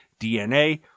DNA